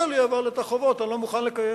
לי אבל את החובות אני לא מוכן לקיים.